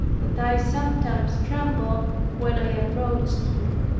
that i sometimes trembled when i approached him.